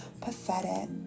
pathetic